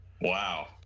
Wow